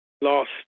lost